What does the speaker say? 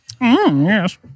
yes